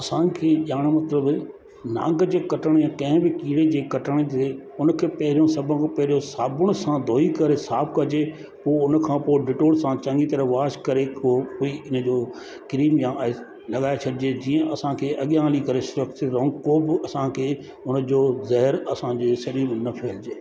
असांखे ॼाणु मतिलबु नांग जे कटण ऐं कंहिं बि कीड़े जे कटण जे उन खे पहिरियूं सभ खां पहिरियूं साबुण सां धोई करे साफ़ु कजे पोइ उन खां पोइ डेटॉल सां चङी तरह वॉश करे को बि इन जो क्रीम हणाए लॻाए छॾिजे जीअं असांखे अॻे हली करे सुरक्षित रहूं को बि असांखे हुन जो ज़हर असांजे शरीर में न फैलिजे